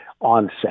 onset